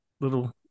little